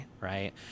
right